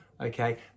okay